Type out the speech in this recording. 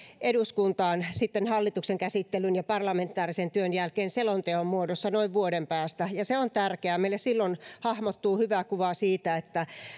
eduskuntaan hallituksen käsittelyn ja parlamentaarisen työn jälkeen selonteon muodossa noin vuoden päästä se on tärkeää meille silloin hahmottuu hyvä kuva siitä